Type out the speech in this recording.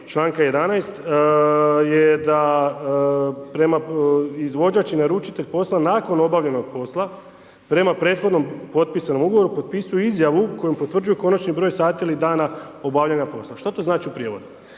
članka 11. je da prema izvođač i naručitelj posla, nakon obavljenog posla, prema prethodnom potpisivanom ugovoru, potpisuje izjavu kojom potvrđuju konačni broj sati ili dana obavljanja posla. Što to znači u prijevodu.